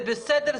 זה בסדר,